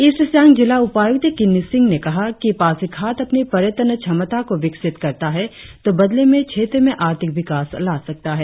east Siang जिला उपायुक्त किन्नी सिंह ने कहा कि पासीघाट अपनी पर्यटन क्षमता को विकसित करता है तो बदले में क्षेत्र में आर्थिक विकास ला सकता है